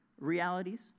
Realities